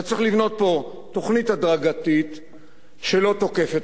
צריך לבנות פה תוכנית הדרגתית שלא תוקפת